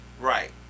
Right